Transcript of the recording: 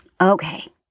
Okay